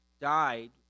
died